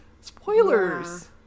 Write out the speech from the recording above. Spoilers